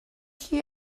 chi